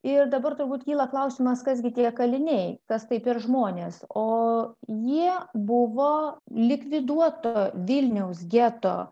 ir dabar turbūt kyla klausimas kas gi tie kaliniai kas tai per žmonės o jie buvo likviduoto vilniaus geto